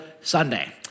Sunday